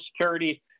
Security